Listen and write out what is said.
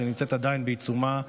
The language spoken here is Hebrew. אשר נמצאת עדיין בעיצומה.